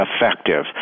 effective